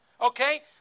Okay